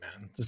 man